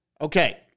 okay